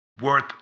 worth